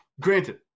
granted